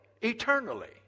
eternally